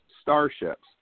starships